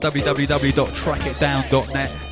www.trackitdown.net